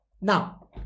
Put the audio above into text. Now